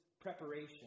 preparation